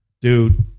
Dude